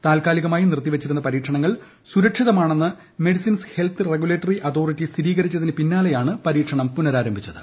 താൽക്കാലികമായി നിർത്തിവച്ചിരുന്ന പ്രരീക്ഷണങ്ങൾ സുരക്ഷിതമാണെന്ന് മെഡിസിൻസ് ഹെൽത്ത് ്റെഗുലേറ്ററി അതോറിറ്റി സ്ഥിരീകരിച്ചതിന് പിന്നാലെയാണ് പരീക്ഷണം പുനരാരംഭിച്ചത്